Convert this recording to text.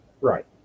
Right